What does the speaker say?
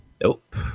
Nope